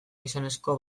gizonezko